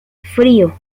frío